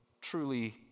truly